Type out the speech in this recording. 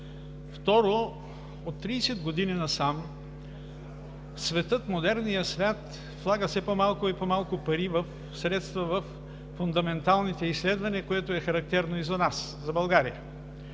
Второ, от 30 години насам модерният свят влага все по-малко и по-малко средства във фундаменталните изследвания, което е характерно и за нас – за България.